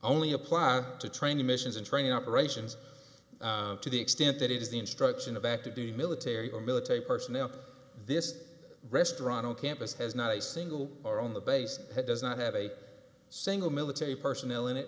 only apply to training missions and training operations to the extent that it is the instruction of active duty military or military personnel this restaurant on campus has not a single or on the base does not have a single military personnel in it